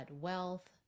wealth